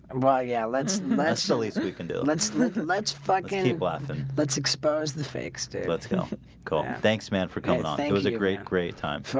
right? yeah, let's last release we can do let's let's let's fuck any blossom. let's expose the sake stay let's go cool thanks, man for coming on it was a great great time. okay.